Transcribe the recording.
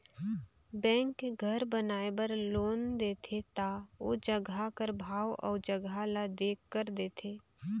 bank घर बनाए बर लोन देथे ता ओ जगहा कर भाव अउ जगहा ल देखकर देथे